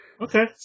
Okay